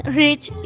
rich